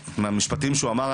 מהמשפטים שהוא אמר,